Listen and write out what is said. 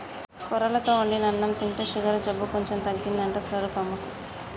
కొర్రలతో వండిన అన్నం తింటే షుగరు జబ్బు కొంచెం తగ్గిందంట స్వరూపమ్మకు